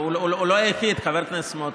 הוא לא היחיד, חבר הכנסת סמוטריץ'.